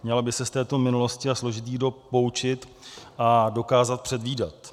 Měla by se z této minulosti a složitých dob poučit a dokázat předvídat.